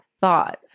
thought